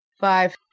five